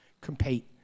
Compete